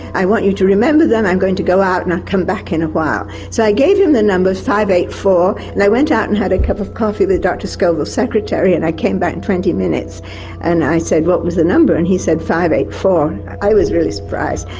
i want you to remember them, i'm going to go out and i'll come back in a while. so i gave him the numbers five. eight. four and i went out and had a cup of coffee with dr scoville's secretary and i came back in twenty minutes and i said what was the number and he said five. eight. four. i was really surprised,